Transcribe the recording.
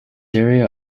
area